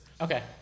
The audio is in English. okay